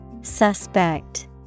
Suspect